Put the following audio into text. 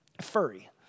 furry